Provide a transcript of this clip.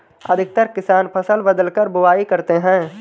अधिकतर किसान फसल बदलकर बुवाई करते है